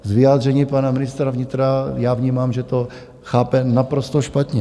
Z vyjádření pana ministra vnitra já vnímám, že to chápe naprosto špatně.